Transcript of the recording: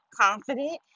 confident